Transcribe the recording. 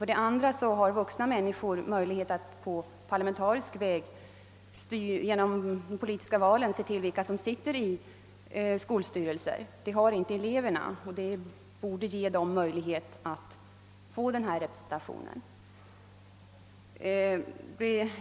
För det andra har de vuxna möjlighet att genom de politiska valen avgöra vilka som skall sitta i skolstyrelserna. Denna möjlighet har inte eleverna, och vi borde ge dem tillfälle att få denna representation.